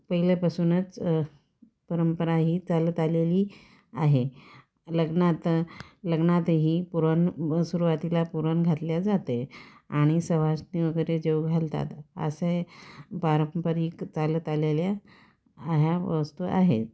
पहिल्यापासूनच परंपरा ही चालत आलेली आहे लग्नात लग्नातही पुरण सुरुवातीला पुरण घातल्या जाते आणि सुवासिनी वगैरे जेवू घालतात असे पारंपरिक चालत आलेल्या ह्या वस्तू आहेत